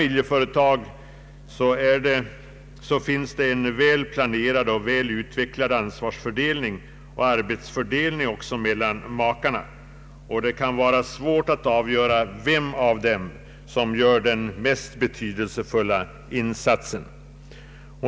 miljeföretag finns det en väl planerad och väl utvecklad ansvarsfördelning och arbetsfördelning också mellan makarna, och det kan vara svårt att avgöra vem av dem som gör den mest betydelsefulla insatsen.